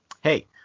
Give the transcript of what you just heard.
Hey